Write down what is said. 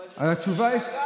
אז התשובה היא,